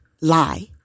lie